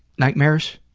nightmares?